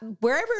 Wherever